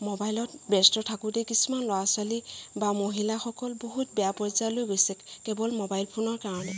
ম'বাইলত ব্যস্ত থাকোঁতে কিছুমান ল'ৰা ছোৱালী বা মহিলাসকল বহুত বেয়া পৰ্যায়লৈ গৈছে কেৱল ম'বাইল ফোনৰ কাৰণে